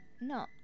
no